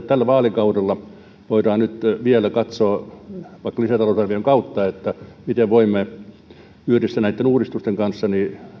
tällä vaalikaudella voidaan nyt vielä katsoa vaikka lisätalousarvion kautta miten voimme yhdessä näitten uudistusten kanssa